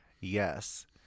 yes